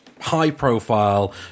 high-profile